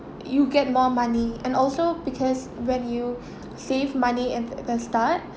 you get more money and also because when you save money at the start